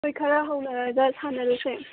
ꯑꯩꯈꯣꯏ ꯈꯔ ꯍꯧꯅꯔꯒ ꯁꯥꯟꯅꯔꯨꯁꯦ